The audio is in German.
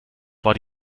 war